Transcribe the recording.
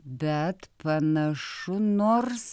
bet panašu nors